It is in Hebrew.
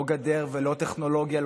לא גדר ולא טכנולוגיה,